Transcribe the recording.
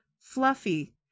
fluffy